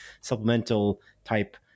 supplemental-type